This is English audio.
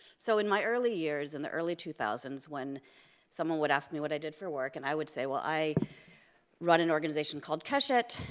so in my early years, in the early two thousand s, when someone would ask me what i did for work, and i would say well, i run an organization called keshet,